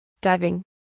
diving